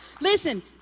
listen